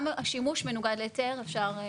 גם על שימוש מנוגד להיתר, אפשר.